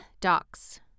Docs